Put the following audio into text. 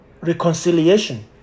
reconciliation